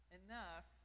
enough